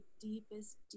deepest